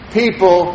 people